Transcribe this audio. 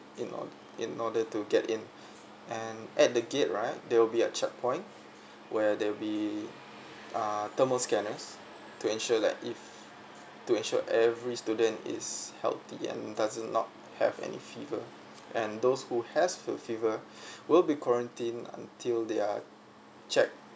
in or~ in order to get in and at the gate right there will be a checkpoint where there will be uh thermal scanners to ensure that if to ensure every student is healthy and doesn't not have any fever and those who has the fever will be quarantine until they are check